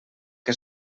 que